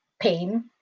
pain